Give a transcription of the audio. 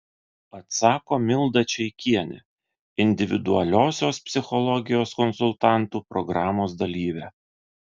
atsako milda čeikienė individualiosios psichologijos konsultantų programos dalyvė